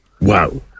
wow